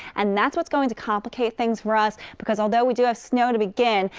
and that's what's going to complicate things for us, because although we do have snow to begin,